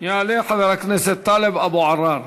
יעלה חבר הכנסת טלב אבו עראר,